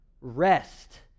Rest